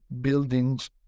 buildings